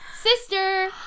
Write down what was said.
sister